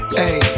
hey